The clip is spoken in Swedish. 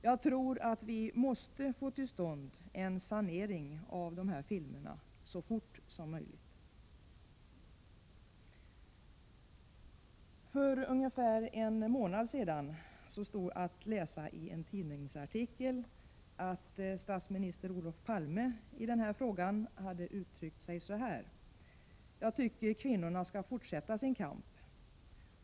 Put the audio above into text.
Jag tror att vi måste få till stånd en sanering av dessa filmer så fort som möjligt. För ungefär en månad sedan stod det att läsa i en tidningsartikel att statsminister Olof Palme i den här frågan uttryckt sig så här: ”Jag tycker kvinnorna skall fortsätta sin kamp.